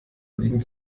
liegen